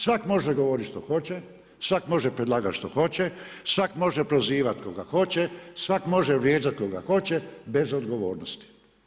Svak' može govoriti što hoće, svak' može predlagat što hoće, svak' može prozivat koga hoće, svak' može vrijeđati koga hoće bez odgovornosti.